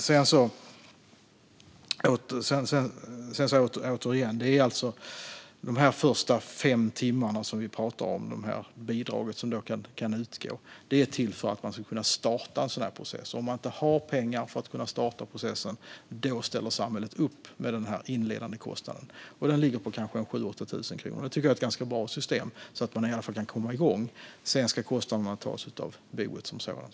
Jag vill återigen säga att det bidrag som kan utgå för de första fem timmarna är till för att man ska kunna starta en sådan process. Om man inte har pengar för att kunna starta processen ställer alltså samhället upp med den inledande kostnaden, som ligger på kanske 7 000-8 000 kronor. Det tycker jag är ett ganska bra system så att man i alla fall kan komma igång. Sedan ska kostnaderna tas av boet som sådant.